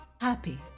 happy